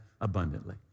abundantly